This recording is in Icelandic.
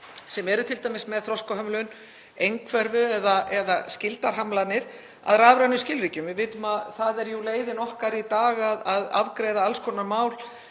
sem eru t.d. með þroskahömlun, einhverfu eða skyldar hamlanir, að rafrænum skilríkjum. Við vitum að það er leiðin okkar í dag til að afgreiða alls konar mál,